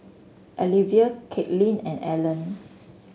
Alivia Katelin and Allan